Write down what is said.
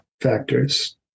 factors